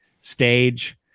stage